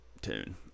tune